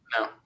No